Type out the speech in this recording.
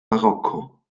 marokko